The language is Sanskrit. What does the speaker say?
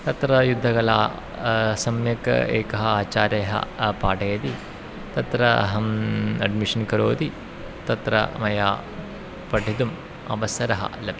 तत्र युद्धकला सम्यक् एकः आचार्यः पाठयति तत्र अहम् अड्मिशन् करोति तत्र मया पठितुम् अवसरः लब्धः